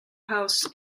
house